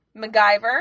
MacGyver